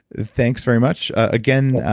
thanks very much. again,